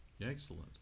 Excellent